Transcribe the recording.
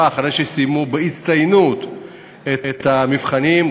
אחרי שסיימו בהצטיינות את המבחנים,